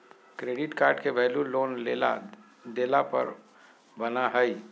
credit card के value loan लेला देला पर बना हइ